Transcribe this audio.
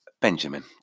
Benjamin